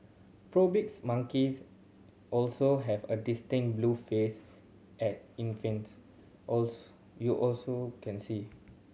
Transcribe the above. monkeys also have a distinct blue face at infancy also you also can see